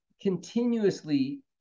continuously